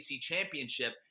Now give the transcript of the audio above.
championship